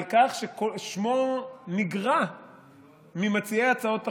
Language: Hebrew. על כך ששמו נגרע ממציעי הצעות החוק,